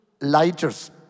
lighters